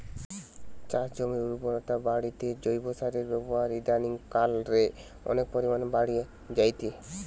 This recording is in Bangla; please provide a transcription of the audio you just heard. চাষজমিনের উর্বরতা বাড়িতে জৈব সারের ব্যাবহার ইদানিং কাল রে অনেক পরিমাণে বাড়ি জাইচে